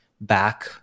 back